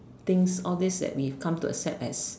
things all this that we've come to accept as